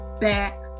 back